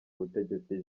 butegetsi